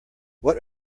what